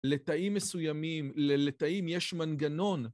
לתאים מסוימים, לתאים יש מנגנון.